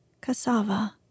cassava